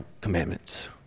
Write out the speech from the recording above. commandments